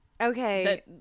okay